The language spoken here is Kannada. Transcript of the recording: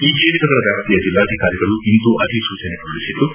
ಈ ಕ್ಷೇತ್ರಗಳ ವ್ಯಾಪ್ತಿಯ ಜಿಲ್ಲಾಧಿಕಾರಿಗಳು ಇಂದು ಅಧಿಸೂಚನೆ ಹೊರಡಿಸಿದ್ದು